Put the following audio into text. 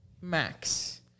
max